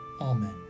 Amen